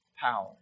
power